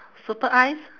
super eyes